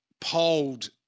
polled